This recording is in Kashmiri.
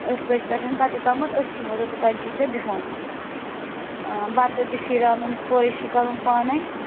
ٲٹھِ بَجَن پٮ۪ٹھ پَتہٕ یوٚتامَتھ أسۍ یِمو توٚتانۍ چھُے ژےٚ بِہُن بَتہٕ تہِ چھُے رَنُن سورُے چھُے کَرُن پانَے